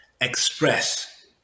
express